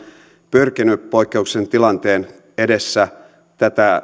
pyrkinyt poikkeuksellisen tilanteen edessä tätä